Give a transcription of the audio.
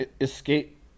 escape